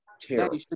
terrible